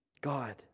God